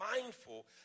mindful